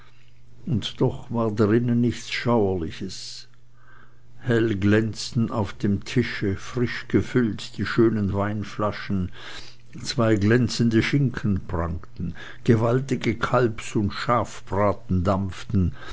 und doch war drinnen nichts schauerliches hell glänzten auf dem tische frisch gefüllt die schönen weinflaschen zwei glänzende schinken prangten gewaltige kalbs und schafbraten dampften